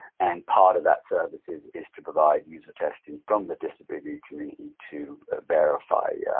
and part of that service is is to provide user testing from the disability community to verify yeah